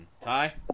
Ty